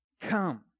come